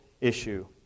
issue